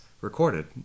recorded